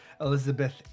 Elizabeth